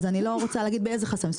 אז אני לא רוצה להגיד באיזה חסם.